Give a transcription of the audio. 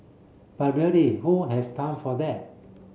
but really who has time for that